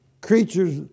creatures